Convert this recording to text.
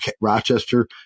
Rochester